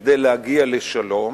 כדי להגיע לשלום,